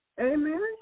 Amen